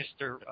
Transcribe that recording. Mr